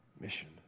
mission